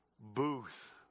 booth